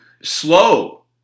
slow